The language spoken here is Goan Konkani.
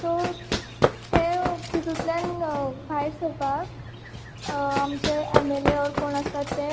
सो तें तितूंतल्यान भायर सरपाक आमचे एम एल ए वो कोण आसतात ते